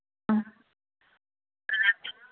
ꯎꯝ